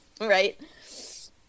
Right